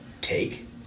take